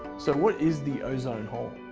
so, what is the ozone hole?